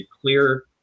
clear